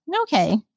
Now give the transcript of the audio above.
Okay